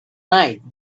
night